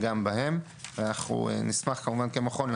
גם בהם ואנחנו נשמח כמובן כמכון,